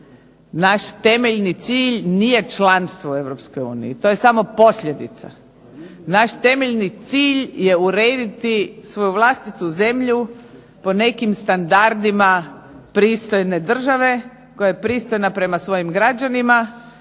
Naš temeljni cilj nije članstvo u Europskoj uniji, to je samo posljedica, naš temeljni cilj je urediti svoju vlastitu zemlju po nekim standardima pristojne države, koja je pristojna prema svojim građanima